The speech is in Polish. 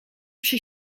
przy